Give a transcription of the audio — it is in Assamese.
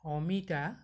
অমিতা